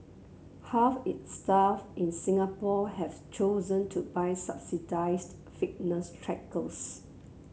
half its staff in Singapore have chosen to buy subsidised fitness trackers